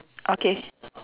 okay